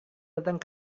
datang